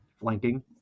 Flanking